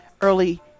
early